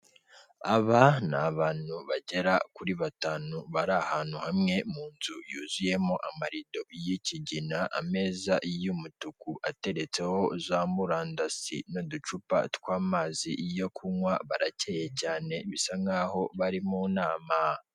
Aba ni abantu bagera kuri batanu bari ahantu hamwe mu nzu yuzuyemo amarido y'ikigina ameza y'umutuku ateretseho uzamurandasi n'uducupa tw'amazi yo kunywa barakeye cyane bisa nkaho bari mu nama.